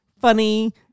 funny